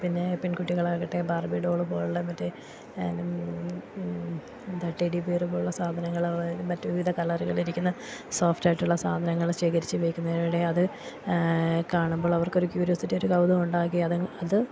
പിന്നേ പെൺകുട്ടികളാകട്ടേ Barbie doll പോലുള്ള മറ്റേ എന്താ ടെഡ്ഡി ബിയർ പോലുള്ള സാധനങ്ങള് മറ്റും വിവിധ കളറുകളിൽ ഇരിക്കുന്ന സോഫ്റ്റായിട്ടുള്ള സാധനങ്ങൾ ശേഖരിച്ച് വയ്ക്കുന്നതിനിടെ അത് കാണുമ്പോൾ അവർക്കൊരു ക്യൂര്യോസിറ്റി ഒരു കൗതുകമുണ്ടാകുകയും അതെ അത്